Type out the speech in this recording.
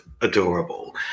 adorable